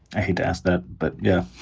i hate to ask that. but yeah. oh.